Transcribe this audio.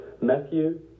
Matthew